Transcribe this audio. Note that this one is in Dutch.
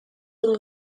een